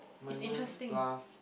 minus plus